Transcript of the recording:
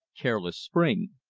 careless spring.